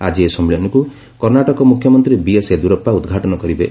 ଆଜି ଏହି ସମ୍ମିଳନୀକୁ କର୍ଣ୍ଣାଟକ ମୁଖ୍ୟମନ୍ତ୍ରୀ ବିଏସ୍ ୟେଦ୍ୟୁରପ୍ତା ଉଦଘାଟନ କରିବେ